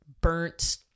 burnt